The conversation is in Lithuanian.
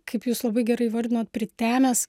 kaip jūs labai gerai įvardinot pritemęs